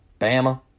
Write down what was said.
Bama